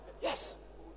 Yes